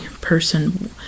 person